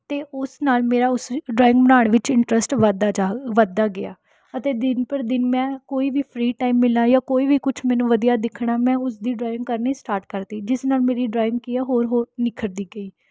ਅਤੇ ਉਸ ਨਾਲ ਮੇਰਾ ਉਸ ਡਰਾਇੰਗ ਬਣਾਉਣ ਵਿੱਚ ਇੰਟਰਸ਼ਟ ਵੱਧਦਾ ਜਾ ਵੱਧਦਾ ਗਿਆ ਅਤੇ ਦਿਨ ਪਰ ਦਿਨ ਮੈਂ ਕੋਈ ਵੀ ਫ਼ਰੀ ਟਾਇਮ ਮਿਲਣਾ ਜਾਂ ਕੋਈ ਵੀ ਕੁਛ ਮੈਨੂੰ ਵਧੀਆ ਦਿਖਣਾ ਮੈਂ ਉਸ ਦੀ ਡਰਾਇੰਗ ਕਰਨੀ ਸਟਾਰਟ ਕਰਤੀ ਜਿਸ ਨਾਲ ਮੇਰੀ ਡਰਾਇੰਗ ਕੀ ਹੈ ਹੋਰ ਹੋਰ ਨਿਖਰਦੀ ਗਈ